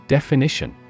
Definition